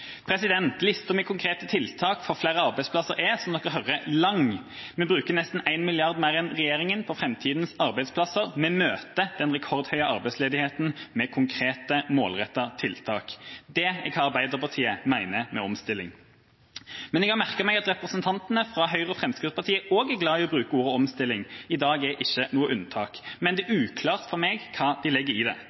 konkrete tiltak for flere arbeidsplasser er, som dere hører, lang. Vi bruker nesten 1 mrd. kr mer enn regjeringa på framtidas arbeidsplasser. Vi møter den rekordhøye arbeidsledigheten med konkrete, målrettede tiltak. Det er hva Arbeiderpartiet mener med omstilling. Men jeg har merket meg at representantene fra Høyre og Fremskrittspartiet også er glad i å bruke ordet «omstilling». I dag er ikke noe unntak. Men det er uklart for meg hva de legger i det.